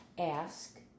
ask